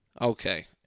Okay